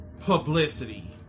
publicity